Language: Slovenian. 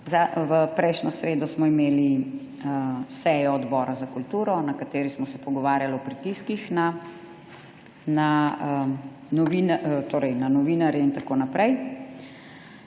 Prejšnjo sredo smo imeli sejo Odbora za kulturo, na kateri smo se pogovarjali o pritiskih na novinarje in tako naprej.